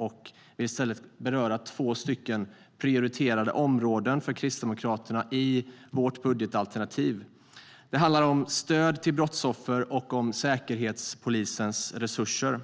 Jag vill i stället beröra två prioriterade områden för Kristdemokraterna i vårt budgetalternativ. Det handlar om stöd till brottsoffer och om Säkerhetspolisens resurser.